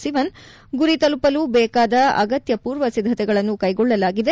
ಶಿವನ್ ಗುರಿ ತಲುಪಲು ಬೇಕಾದ ಅಗತ್ಯ ಪೂರ್ವ ಸಿದ್ದತೆಗಳನ್ನು ಕ್ಲೆಗೊಳ್ಳಲಾಗಿದೆ